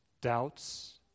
doubts